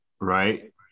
Right